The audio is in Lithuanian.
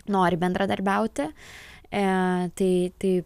nori bendradarbiauti e tai tai